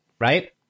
right